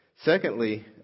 Secondly